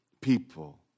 people